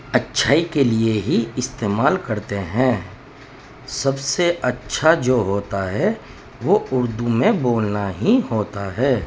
اچھائی کے لیے ہی استعمال کرتے ہیں سب سے اچھا جو ہوتا ہے وہ اردو میں بولنا ہی ہوتا ہے